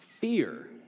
fear